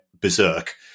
berserk